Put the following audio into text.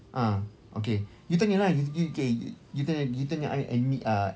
ah okay you tanya lah you you okay you you tanya I any uh